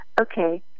Okay